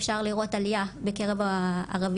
אפשר לראות עליה בקרב הערביות,